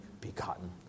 begotten